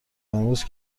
امروز